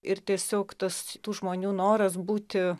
ir tiesiog tas tų žmonių noras būti